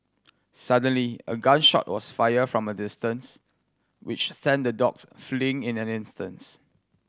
suddenly a gun shot was fired from a distance which sent the dogs fleeing in an instance